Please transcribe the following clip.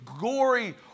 gory